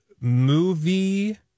movie